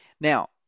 Now